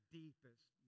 deepest